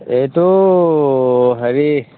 এইটো হেৰি